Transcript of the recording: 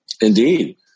Indeed